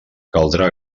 caldrà